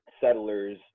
settlers